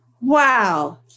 Wow